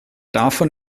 davon